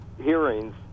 hearings